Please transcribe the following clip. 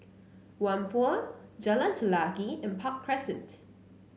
Whampoa Jalan Chelagi and Park Crescent